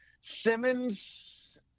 Simmons